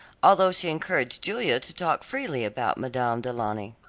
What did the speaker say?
although she encouraged julia to talk freely about madame du launy.